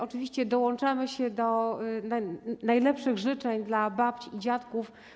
Oczywiście dołączamy się do najlepszych życzeń dla babć i dziadków.